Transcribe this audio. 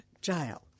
jail